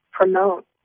promote